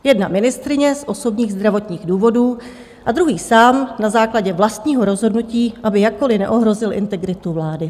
Jedna ministryně z osobních zdravotních důvodů a druhý sám na základě vlastního rozhodnutí, aby jakkoliv neohrozil integritu vlády.